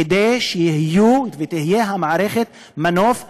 כדי שתהיה המערכת מנוף לשינוי.